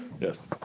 yes